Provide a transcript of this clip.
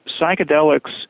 psychedelics